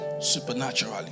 supernaturally